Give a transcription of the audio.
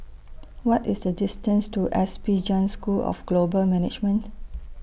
What IS The distance to S P Jain School of Global Management